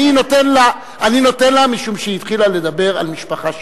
אני נותן לה משום שהיא התחילה לדבר על משפחה שכולה.